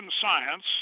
science